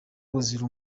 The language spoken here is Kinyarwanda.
buzira